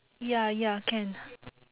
ya ya can